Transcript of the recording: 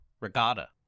regatta